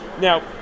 Now